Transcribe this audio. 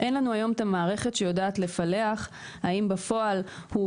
אין לנו היום את המערכת שיודעת לפלח האם בפועל הוא